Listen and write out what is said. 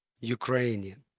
Ukrainian